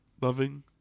loving